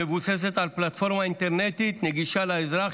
המבוססת על פלטפורמה אינטרנטית נגישה לאזרח,